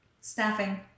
Staffing